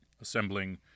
assembling